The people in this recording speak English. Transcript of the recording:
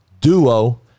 Duo